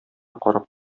карап